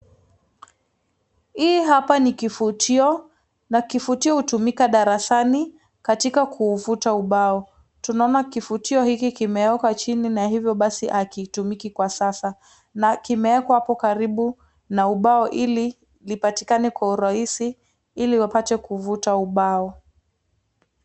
Hii hapa ni kifutio na kifutio hutumika darasani katika kufuta ubao. Tunaona kifutio hiki kimewekwa chini na hivyo basi hakitumiki kwa sasa. Na kimewekwa karibu na ubao hili lipatikane kwa urahisi, hili wapate kufuta ubao.